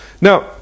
Now